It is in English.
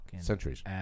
Centuries